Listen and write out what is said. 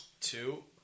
Two